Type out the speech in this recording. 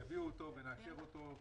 יביאו אותו ונאשר אותו.